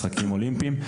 משחקים אולימפיים,